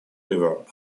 river